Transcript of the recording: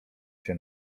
się